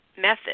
method